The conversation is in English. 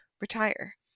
retire